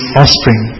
offspring